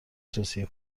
توصیه